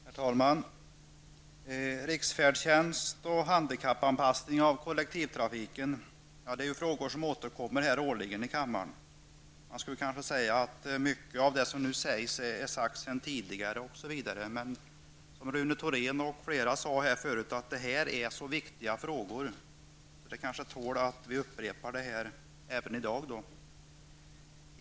Herr talman! Riksfärdtjänst och handikappanpassning av kollektivtrafiken är frågor som återkommer årligen i kammaren. Man skulle kunna säga att mycket av det som nu sägs har sagts tidigare. Men, som Rune Thorén och flera andra sade förrut, detta är så viktiga frågor att de kanske tål att upprepas även i dag.